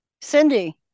Cindy